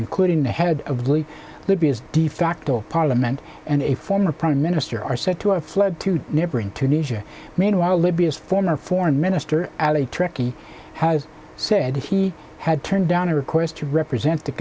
including the head of the libya's de facto parliament and a former prime minister are said to have fled to neighboring tunisia meanwhile libya's former foreign minister at a tricky has said he had turned down a request to represent t